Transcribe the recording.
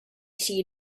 see